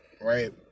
right